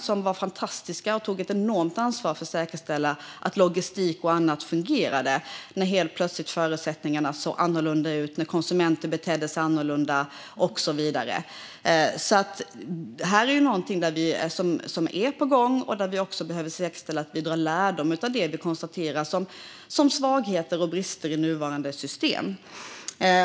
Det var fantastiskt - man tog ett enormt ansvar för att säkerställa att logistik och annat fungerade när förutsättningarna helt plötsligt såg annorlunda ut, när konsumenter betedde sig annorlunda och så vidare. Detta är någonting som är på gång. Vi behöver också säkerställa att vi drar lärdom av konstaterade svagheter och brister i nuvarande system.